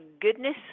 goodness